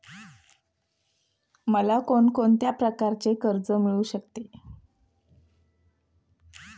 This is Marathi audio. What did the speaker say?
मला कोण कोणत्या प्रकारचे कर्ज मिळू शकते?